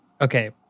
okay